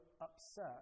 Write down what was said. upset